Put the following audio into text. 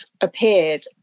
appeared